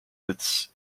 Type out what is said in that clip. its